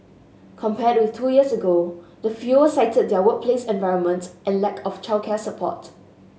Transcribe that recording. compared with two years ago the fewer cited their workplace environment and lack of childcare support